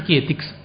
ethics